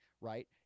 right